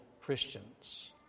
Christians